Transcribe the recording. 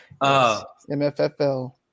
MFFL